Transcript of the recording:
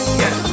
yes